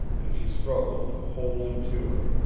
and she struggled to hold him to her,